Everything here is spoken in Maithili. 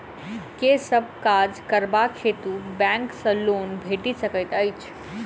केँ सब काज करबाक हेतु बैंक सँ लोन भेटि सकैत अछि?